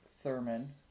Thurman